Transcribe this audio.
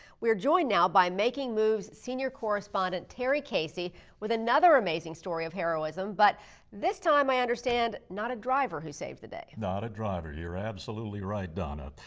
we're joined now by making moves senior correspondent terry casey with another amazing story of heroism, but this time i understand, not a driver who saves the day. not a driver, you're absolutely right donna.